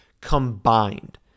combined